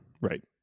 right